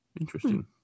Interesting